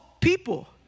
people